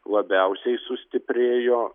labiausiai sustiprėjo